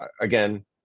again